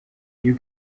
you